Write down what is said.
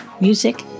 music